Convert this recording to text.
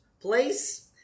Place